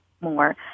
more